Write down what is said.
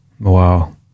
Wow